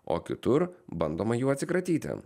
o kitur bandoma jų atsikratyti